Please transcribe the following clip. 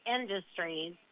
industries